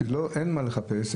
שאין מה לחפש,